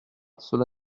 cela